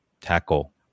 tackle